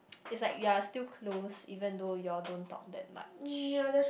it's like you are still close even though you all don't talk that much